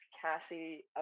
Cassie